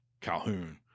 Calhoun